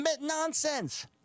Nonsense